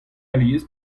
alies